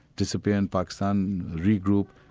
disappear in pakistan, regroup,